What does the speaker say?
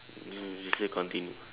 no they say continue